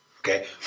okay